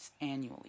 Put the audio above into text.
annually